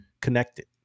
connected